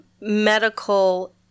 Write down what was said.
medical